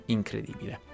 incredibile